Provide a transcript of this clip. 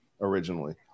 originally